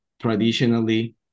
traditionally